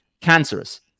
cancerous